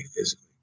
physically